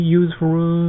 useful